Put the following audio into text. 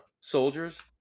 soldiers